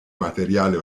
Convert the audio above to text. materiale